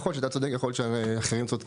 יכול להיות שאתה צודק, יכול להיות שאחרים צודקים.